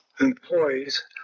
employees